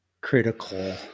critical